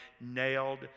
nailed